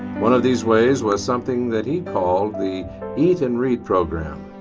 one of these ways was something that he called the eat and read program.